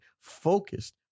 focused